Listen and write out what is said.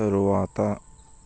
తరువాత